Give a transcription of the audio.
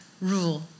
rule